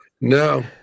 No